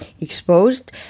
Exposed